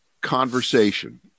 conversation